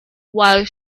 while